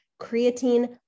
Creatine